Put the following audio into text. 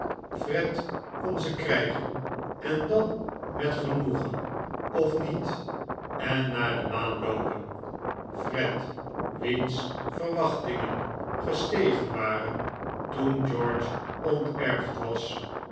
fred kon ze krijgen en dan met genoegen of niet en naar de maan loopen fred wiens verwachtingen gestegen waren toen george onterfd was